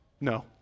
no